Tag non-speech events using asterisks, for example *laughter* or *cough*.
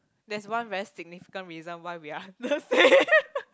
there's one very significant reason why we understand *laughs*